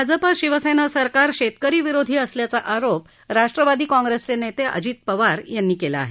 भाजपा शिवसेना सरकार शेतकरी विरोधी असल्याचा आरोप राष्ट्रवादी काँग्रेसचे नेते अजित पवार यांनी केला आहे